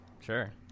Sure